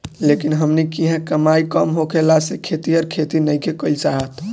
लेकिन हमनी किहाँ कमाई कम होखला से खेतिहर खेती नइखे कईल चाहत